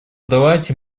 давайте